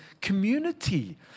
community